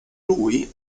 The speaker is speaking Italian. lui